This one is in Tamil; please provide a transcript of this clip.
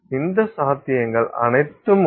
இந்த சாத்தியங்கள் அனைத்தும் உள்ளன